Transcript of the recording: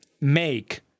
make